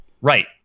Right